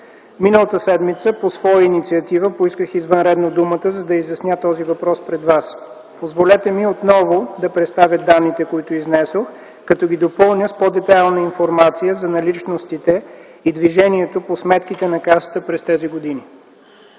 Миналата седмица по своя инициатива поисках извънредно думата, за да изясня този въпрос пред вас. Позволете ми отново да представя данните, които изнесох, като ги допълня с по-детайлна информация за наличностите и движението по сметките на Касата през тези години.